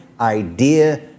idea